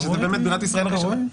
שזו באמת בירת ישראל ראשונה.